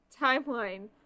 timeline